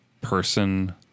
person